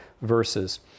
verses